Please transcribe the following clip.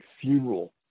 funeral